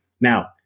Now